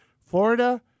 Florida